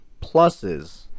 pluses